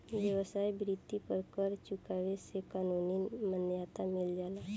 वेश्यावृत्ति पर कर चुकवला से कानूनी मान्यता मिल जाला